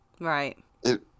Right